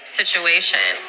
situation